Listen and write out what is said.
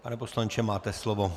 Pane poslanče, máte slovo.